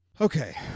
Okay